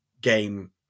game